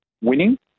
winning